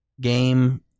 game